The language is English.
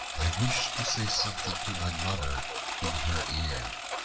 i wish to say something to my mother in her ear.